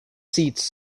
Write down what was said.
seats